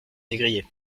négrier